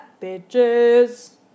bitches